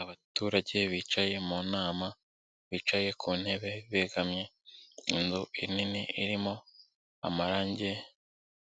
Abaturage bicaye mu nama, bicaye ku ntebe begamye, inzu nini irimo amarangi